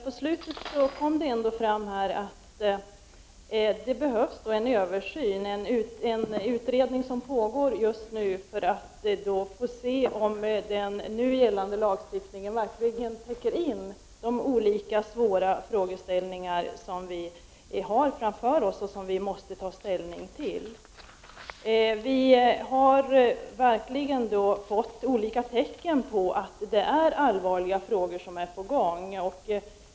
På slutet sägs att det just nu görs en översyn för att utreda om den nu gällande lagstiftningen verkligen täcker de olika svåra frågor som ligger framför oss och som vi har att ta ställning till. Det har förekommit sådant som tyder på att detta är allvarliga frågor.